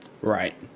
Right